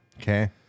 Okay